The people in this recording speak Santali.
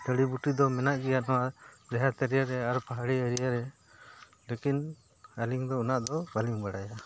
ᱡᱩᱲᱤ ᱵᱩᱴᱤ ᱫᱚ ᱢᱮᱱᱟᱜ ᱜᱮᱭᱟ ᱱᱚᱣᱟ ᱰᱤᱦᱟᱛ ᱮᱨᱤᱭᱟ ᱨᱮ ᱟᱨ ᱯᱟᱦᱟᱲᱤ ᱮᱨᱤᱭᱟ ᱨᱮ ᱞᱮᱠᱤᱱ ᱟᱹᱞᱤᱧ ᱫᱚ ᱩᱱᱟᱹᱜ ᱫᱚ ᱵᱟᱹᱞᱤᱧ ᱵᱟᱲᱟᱭᱟ